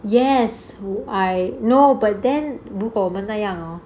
yes who I know but then 如果我们那样 orh